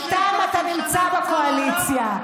איתם אתה נמצא בקואליציה,